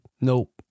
nope